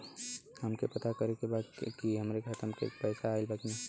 हमके पता करे के बा कि हमरे खाता में पैसा ऑइल बा कि ना?